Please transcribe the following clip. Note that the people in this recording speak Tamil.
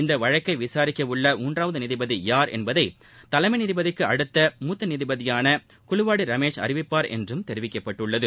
இந்த வழக்கை விசுரிக்க உள்ள மூன்றாவது நீதிபதி யார் என்பதை தலைமை நீதிபதிக்கு அடுத்த மூத்த நீதிபதியான குலுவாடி ரமேஷ் அறிவிப்பார் என்றும் தெரிவிக்கப்பட்டுள்ளது